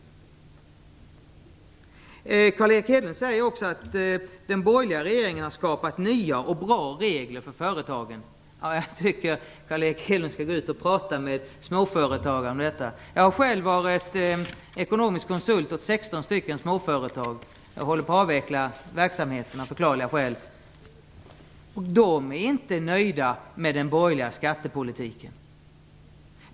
Carl Erik Hedlund säger också att den borgerliga regeringen har skapat nya och bra regler för företagen. Jag tycker att Carl Erik Hedlund skall tala med småföretagarna om detta. Jag har själv varit ekonomisk konsult åt 16 småföretag - jag håller av förklarliga skäl på att avveckla verksamheten. De är inte nöjda med den borgerliga skattepolitiken.